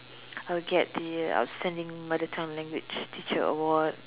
I'll get the outstanding mother tongue language teacher award